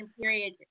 period